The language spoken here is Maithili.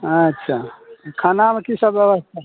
अच्छा खानामे की सभ ब्यवस्था